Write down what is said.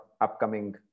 upcoming